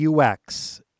UX